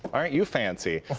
aren't you fancy.